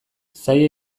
zaila